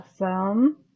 Awesome